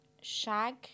Shag